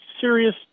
serious